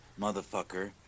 motherfucker